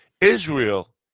Israel